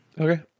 Okay